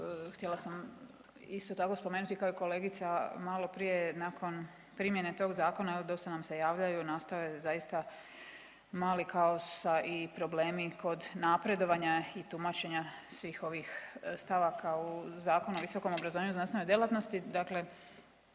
htjela sam isto tako spomenuti kao i kolegica malo prije nakon primjene tog zakona, evo dosta nam se javljaju, nastao je zaista mali kao i problemi kod napredovanja i tumačenja svih ovih stavaka u Zakonu o visokom obrazovanju, znanstvenoj djelatnosti. Dakle,